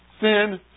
Sin